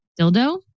dildo